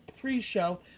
pre-show